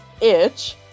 itch